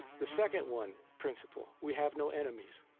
the second one principle we have no enemies.